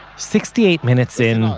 sixty-eight minutes in,